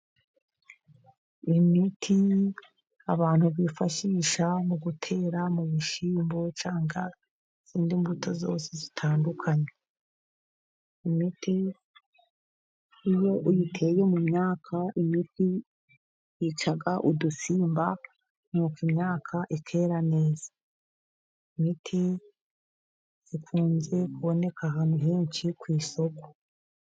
Imiti abantu bifashisha mu gutera mu bishyimbo, cyangwa izindi mbuto zose zitandukanye, imiti iyo uyiteye mu myaka, imiti yica udusimba, nuko imyaka ikera neza .Imiti ikunze kuboneka ahantu henshi ku isoko.